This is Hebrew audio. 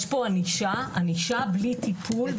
יש פה ענישה, ענישה בלי טיפול.